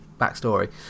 backstory